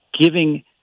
giving